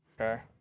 okay